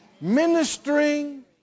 Ministering